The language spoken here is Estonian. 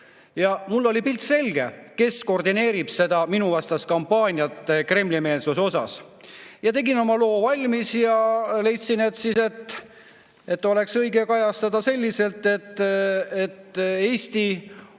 Ja mulle oli pilt selge, kes koordineerib seda minuvastast Kremli-meelsuse kampaaniat. Ma tegin oma loo valmis ja leidsin, et seda oleks õige kajastada selliselt, et Eesti